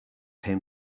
came